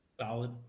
Solid